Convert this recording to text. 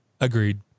Agreed